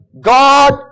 God